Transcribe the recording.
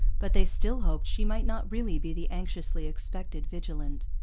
but they still hoped she might not really be the anxiously expected vigilant.